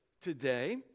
today